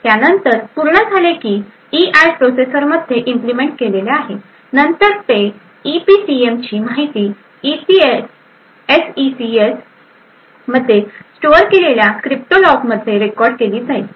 त्यानंतर पूर्ण झाले की ईऍड प्रोसेसरमध्ये इम्प्लिमेंट केलेले आहे ते नंतर ईपीसीएम ची माहिती एस ई सी एस मध्ये स्टोअर केलेल्या क्रिप्टो लॉगमध्ये रेकॉर्ड केली जाईल